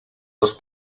les